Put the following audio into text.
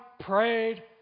prayed